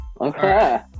okay